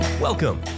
Welcome